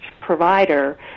provider